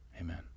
amen